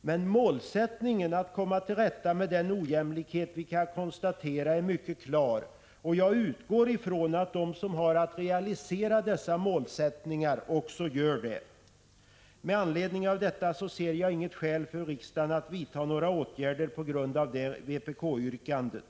Men målsättningen att komma till rätta med den ojämlikhet vi kan konstatera är mycket klar, och jag utgår från att de som har att realisera dessa målsättningar också gör det. Med anledning av detta ser jag inget skäl för riksdagen att vidta någon åtgärd på grund av detta vpk-yrkande.